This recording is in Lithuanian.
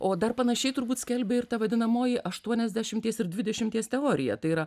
o dar panašiai turbūt skelbia ir ta vadinamoji aštuoniasdešimties ir dvidešimties teorija tai yra